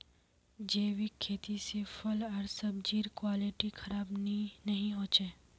जैविक खेती से फल आर सब्जिर क्वालिटी खराब नहीं हो छे